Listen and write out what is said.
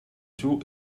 two